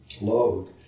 load